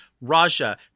Raja